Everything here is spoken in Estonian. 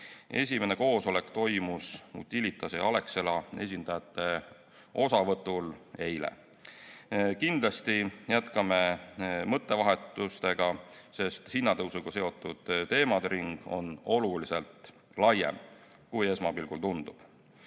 Esimene koosolek toimus Utilitase ja Alexela esindajate osavõtul eile. Kindlasti jätkame mõttevahetustega, sest hinnatõusuga seotud teemade ring on oluliselt laiem, kui esmapilgul tundub.